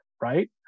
right